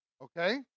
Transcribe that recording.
okay